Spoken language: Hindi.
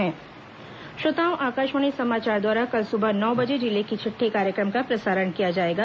जिले की चिट्ठी श्रोताओं आकाशवाणी समाचार द्वारा कल सुबह नौ बजे जिले की चिट्ठी कार्यक्रम का प्रसारण किया जाएगा